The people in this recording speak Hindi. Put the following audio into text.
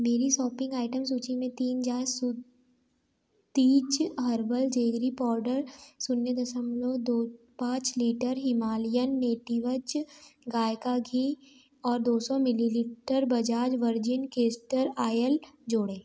मेरी सापिंग आइटम सूची में तीन जार सुतिज हर्बल जेगरी पउडर शून्य दसमलव दो पाँच लीटर हिमालयन नेटिवज गाय का घी और दो सौ millilitre Bajaj virgin castor oil जोड़े